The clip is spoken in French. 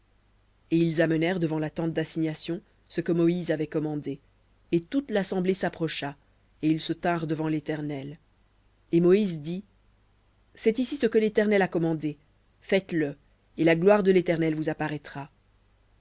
et ils amenèrent devant la tente d'assignation ce que moïse avait commandé et toute l'assemblée s'approcha et ils se tinrent devant léternel et moïse dit c'est ici ce que l'éternel a commandé faites-le et la gloire de l'éternel vous apparaîtra